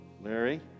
Larry